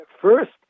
first